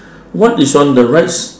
what is on the right si~